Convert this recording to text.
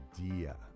idea